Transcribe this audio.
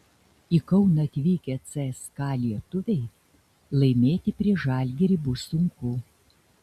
į kauną atvykę cska lietuviai laimėti prieš žalgirį bus sunku